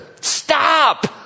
Stop